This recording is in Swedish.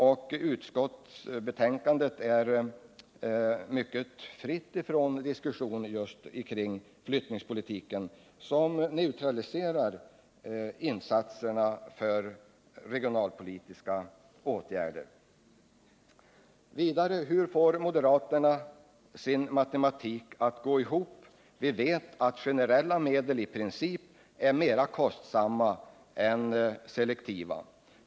Och betänkandet är fritt från diskussion just kring flyttningspolitiken, som ju neutraliserar de regionalpolitiska åtgärderna. Vidare: Hur får moderaterna sin matematik att gå ihop? Vi vet att generella medel i princip är mera kostsamma än selektiva.